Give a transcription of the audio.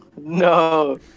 No